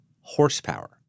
horsepower